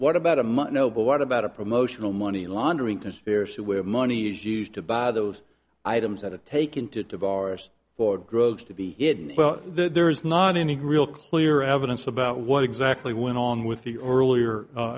what about a month no but what about a promotional money laundering conspiracy where money is used to buy those items at a take into devourers for drugs to be hidden well there is not any real clear evidence about what exactly went on with the earlier